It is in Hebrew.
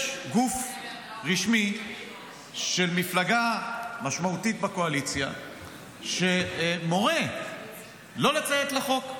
יש גוף רשמי של מפלגה משמעותית בקואליציה שמורה לא לציית לחוק.